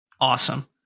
Awesome